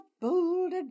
bold